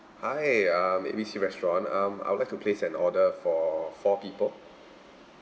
hi uh A B C restaurant um I would like to place an order for four people